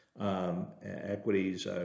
Equities